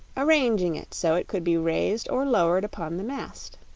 arranging it so it could be raised or lowered upon the mast.